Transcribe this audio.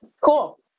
Cool